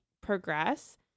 progress